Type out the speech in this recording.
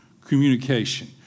Communication